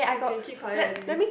you can keep quiet already